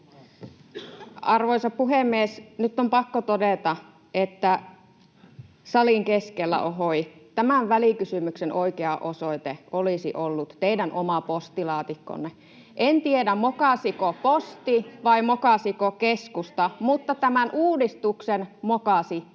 Arvoisa puhemies! Nyt on pakko todeta, että — salin keskellä, ohoi! — tämän välikysymyksen oikea osoite olisi ollut teidän oma postilaatikkonne. En tiedä, mokasiko posti vai mokasiko keskusta, mutta tämän uudistuksen mokasitte